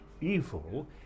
evil